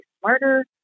smarter